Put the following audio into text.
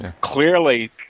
Clearly